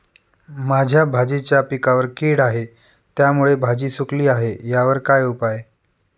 माझ्या भाजीच्या पिकावर कीड आहे त्यामुळे भाजी सुकली आहे यावर काय उपाय?